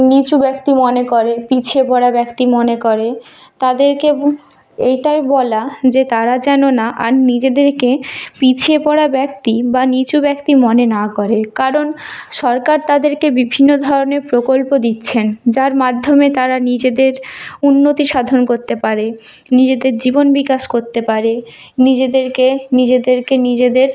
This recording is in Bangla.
নিচু ব্যক্তি মনে করে পিছিয়ে পড়া ব্যক্তি মনে করে তাদেরকে এইটাই বলা যে তারা যেন না আর নিজেদেরকে পিছিয়ে পড়া ব্যক্তি বা নিচু ব্যক্তি মনে না করে কারণ সরকার তাদেরকে বিভিন্ন ধরনের প্রকল্প দিচ্ছেন যার মাধ্যমে তারা নিজেদের উন্নতি সাধন করতে পারে নিজেদের জীবন বিকাশ করতে পারে নিজেদেরকে নিজেদেরকে নিজেদের